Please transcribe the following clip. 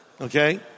Okay